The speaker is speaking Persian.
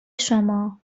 شما